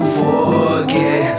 forget